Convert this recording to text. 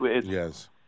yes